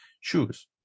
shoes